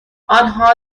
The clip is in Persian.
آنها